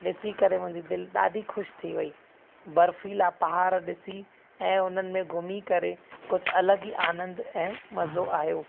डि॒सी करे मुंहिंजी दिलि डा॒ढी ख़ुशि थी वई बर्फीला पहाड़ डि॒सी ऐं उन्हनि में घुमी करे कुझु अलॻि ई आनंद ऐं मज़ो आयो